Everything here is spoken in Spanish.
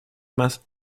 más